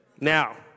Now